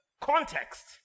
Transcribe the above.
Context